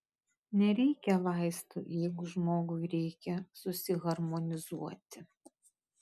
nereikia vaistų jeigu žmogui reikia susiharmonizuoti